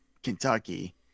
Kentucky